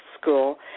school